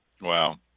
Wow